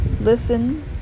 listen